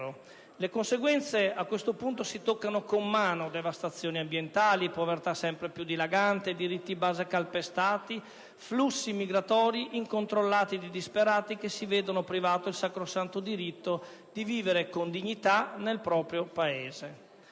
Le conseguenze si toccano con mano: devastazioni ambientali, povertà sempre più dilagante, diritti base calpestati, flussi migratori incontrollati di disperati che si vedono privati del sacrosanto diritto di vivere con dignità nel proprio Paese.